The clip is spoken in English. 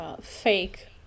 fake